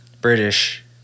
British